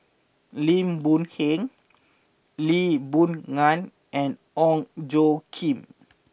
Lim Boon Heng Lee Boon Ngan and Ong Tjoe Kim